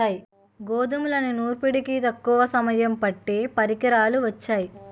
గోధుమల్ని నూర్పిడికి తక్కువ సమయం పట్టే పరికరాలు వొచ్చాయి